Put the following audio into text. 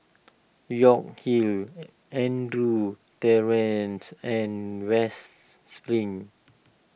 York Hill Andrews Terrace and West Spring